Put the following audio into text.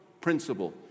principle